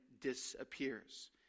disappears